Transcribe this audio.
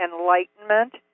enlightenment